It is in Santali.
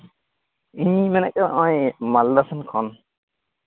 ᱤᱧ ᱢᱮᱱᱮᱫ ᱠᱟᱱᱟ ᱱᱚᱜᱼᱚᱭ ᱢᱟᱞᱫᱟ ᱥᱮᱫ ᱠᱷᱚᱱ